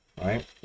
right